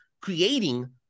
creating